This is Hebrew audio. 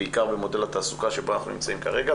בעיקר במודל התעסוקה שבו אנחנו נמצאים כרגע.